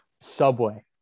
Subway